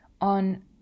on